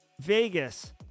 Vegas